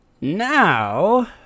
Now